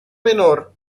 menor